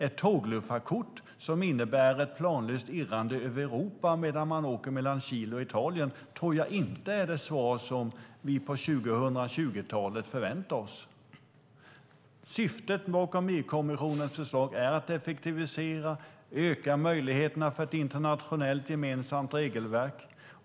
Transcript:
Ett tågluffarkort som innebär ett planlöst irrande över Europa medan man åker mellan Kil och Italien tror jag inte är det svar vi förväntar oss på 2020-talet. Syftet med kommissionens förslag är att effektivisera och öka möjligheterna för ett internationellt, gemensamt regelverk.